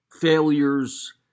failures